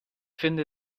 finde